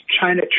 China